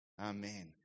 Amen